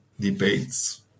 debates